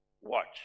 Watch